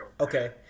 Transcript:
Okay